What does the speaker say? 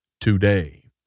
today